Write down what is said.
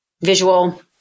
visual